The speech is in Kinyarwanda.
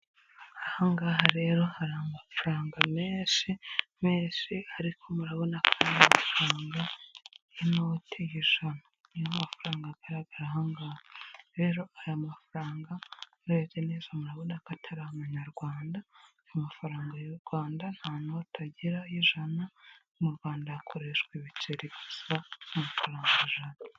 Ahangaha rero hari amafaranga menshi menshi ariko murabona kandi amafaranga y'inote ijana ano amafaranga agaragaraha, rero aya mafaranga murebye neza murabona ko atari umunyarwanda. Amafaranga y'u Rwanda nta note agira y'ijana mu Rwanda hakoreshwa ibiceri gusa by'amafaranga ijana.